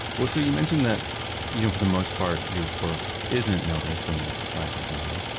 well, so you mentioned that you know for the most part your work isn't noticed and that's by design,